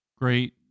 great